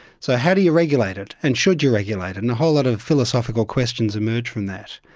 so how do you regulate it and should you regulate it? and a whole lot of philosophical questions emerge from that.